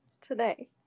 today